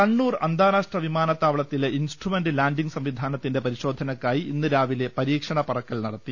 കണ്ണൂർ അന്താരാഷ്ട്ര വിമാനത്താവളത്തിലെ instrument landing സംവിധാനത്തിന്റെ പരിശോധനക്കായി ഇന്ന് രാവിലെ പരീക്ഷണ പറക്കൽ നടത്തി